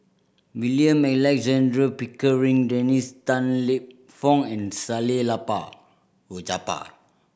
William Alexander Pickering Dennis Tan Lip Fong and Salleh Japar